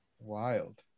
Wild